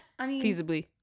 feasibly